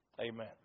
Amen